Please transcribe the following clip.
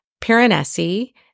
Piranesi